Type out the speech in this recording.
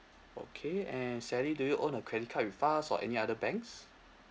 okay and sally do you own a credit card with us or any other banks